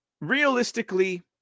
realistically